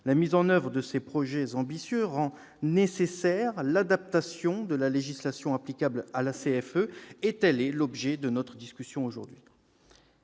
La mise en oeuvre de ces projets ambitieux rend nécessaire l'adaptation de la législation applicable à la CFE, et tel est l'objet de notre discussion aujourd'hui.